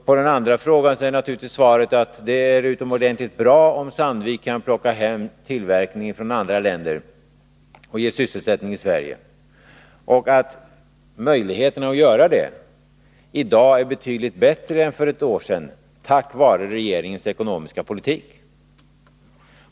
På den andra frågan är naturligtvis svaret att det är utomordentligt bra om Sandvik kan plocka hem tillverkning från andra länder och ge sysselsättning i Sverige. Möjligheten att göra det är i dag betydligt bättre än för ett år sedan, tack vare regeringens ekonomiska politik.